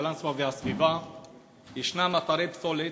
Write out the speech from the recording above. קלנסואה והסביבה ישנם אתרי פסולת,